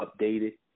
updated